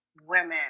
women